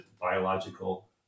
biological